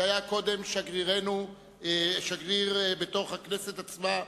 שהיה קודם שגריר בתוך הכנסת עצמה,